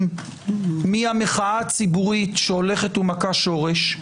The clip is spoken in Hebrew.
מהמחאה הציבורית שהולכת ומכה שורש.